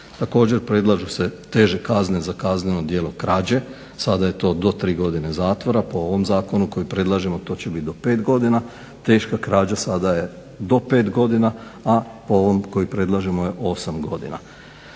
Također predlažu se teže kazne za kazneno djelo kazne. Sada je to do tri godine zatvora. Po ovom zakonu koji predlažemo to će biti do pet godina. Teška krađa sada je do pet godina, a po ovom koji predlažemo je 8 godina.